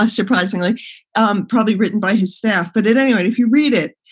and surprisingly um probably written by his staff. but it anyway, if you read it,